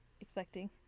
expecting